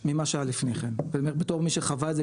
ממה שהיה לפני כן ואני אומר בתור מי שחווה את זה,